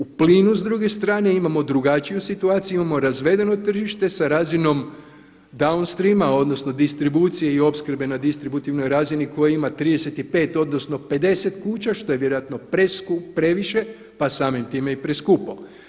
U plinu s druge strane imamo drugačiju situaciju, imamo razvedeno tržište sa razinom down stream, odnosno distribucije i opskrbe na distributivnoj razini koja ima 35, odnosno 50 kuća što je vjerojatno previše pa samim time i preskupo.